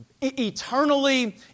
eternally